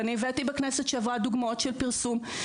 ואני הבאתי בכנסת שעברה דוגמאות של פרסום.